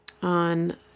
On